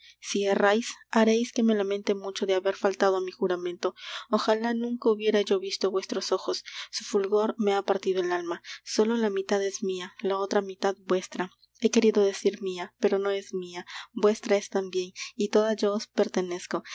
si errais hareis que me lamente mucho de haber faltado á mi juramento ojalá nunca hubiera yo visto vuestros ojos su fulgor me ha partido el alma sólo la mitad es mia la otra mitad vuestra he querido decir mia pero no es mia vuestra es tambien y toda yo os pertenezco